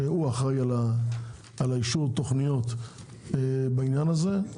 שאחראי על אישור התכניות בעניין הזה,